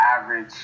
average